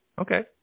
Okay